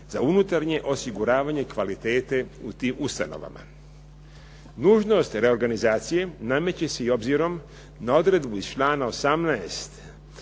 za unutarnje osiguravanje i kvalitete u tim ustanovama. Nužnost reorganizacije nameće se i obzirom na odredbu iz članka 18.